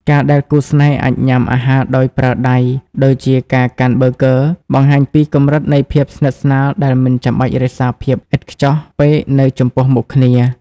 ការដែលគូស្នេហ៍អាចញ៉ាំអាហារដោយប្រើដៃ ដូចជាការកាន់ប៊ឺហ្គឺ បង្ហាញពីកម្រិតនៃភាពស្និទ្ធស្នាលដែលមិនចាំបាច់រក្សាភាពឥតខ្ចោះពេកនៅចំពោះមុខគ្នា។